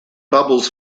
bubbles